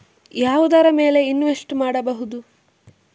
ಯಾವುದರ ಮೇಲೆ ಇನ್ವೆಸ್ಟ್ ಮಾಡಬಹುದು?